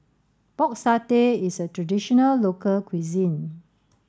Pork Satay is a traditional local cuisine